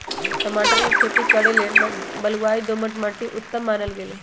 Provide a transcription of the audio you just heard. टमाटर कें खेती करे लेल बलुआइ दोमट माटि उत्तम मानल गेल